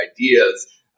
ideas